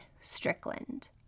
strickland